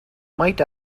might